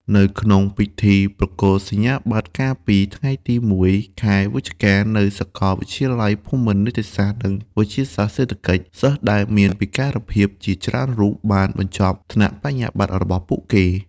នៅក្នុងពិធីប្រគល់សញ្ញាបត្រកាលពីថ្ងៃទី ១ ខែវិច្ឆិកានៅសាកលវិទ្យាល័យភូមិន្ទនីតិសាស្ត្រនិងវិទ្យាសាស្ត្រសេដ្ឋកិច្ច សិស្សដែលមានពិការភាពជាច្រើនរូបបានបញ្ចប់ថ្នាក់បរិញ្ញាបត្ររបស់ពួកគេ។